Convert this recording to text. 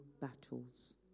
battles